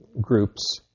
groups